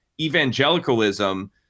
evangelicalism